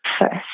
first